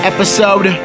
Episode